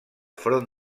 front